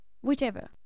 whichever